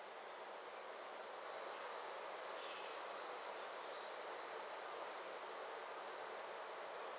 she